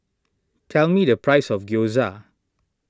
tell me the price of Gyoza